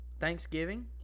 Thanksgiving